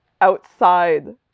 outside